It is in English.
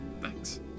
Thanks